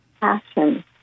passion